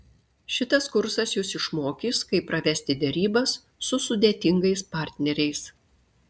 šitas kursas jus išmokys kaip pravesti derybas su sudėtingais partneriais